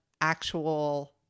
actual